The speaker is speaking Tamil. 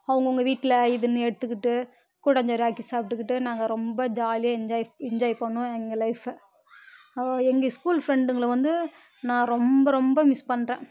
அவங்கவுங்க வீட்டில் இது இதுன்னு எடுத்துக்கிட்டு கூட்டான் சோறு ஆக்கி சாப்பிட்டுகிட்டு நாங்க ரொம்ப ஜாலியாக என்ஜாய் என்ஜாய் பண்ணுவோம் எங்கள் லைஃப அவள் எங்கள் ஸ்கூல் ஃபிரண்டுகளை வந்து நான் ரொம்ப ரொம்ப மிஸ் பண்ணுறன்